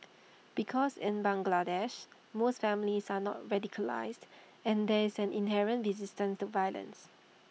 because in Bangladesh most families are not radicalised and there is an inherent resistance to violence